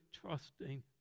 trusting